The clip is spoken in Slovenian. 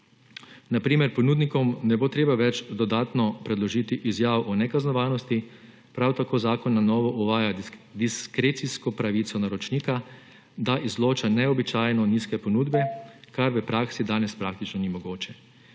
na primer ponudnikom ne bo treba več dodatno predložiti izjav o nekaznovanosti, prav tako zakon na novo uvaja diskrecijsko pravico naročnika, da izloča neobičajno nizke ponudbe, kar v praksi danes praktično ni mogoče.